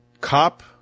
cop